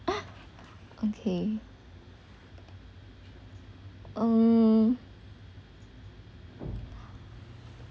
ah okay um